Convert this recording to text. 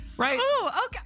Right